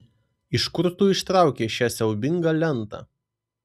iš kur tu ištraukei šią siaubingą lentą